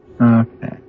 Okay